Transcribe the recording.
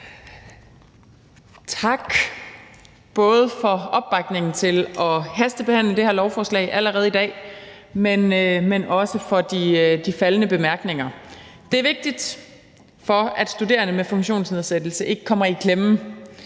Tak, både for opbakningen til at hastebehandle det her lovforslag allerede i dag, men også for de faldne bemærkninger; det er vigtigt, for at studerende med funktionsnedsættelse ikke kommer i klemme.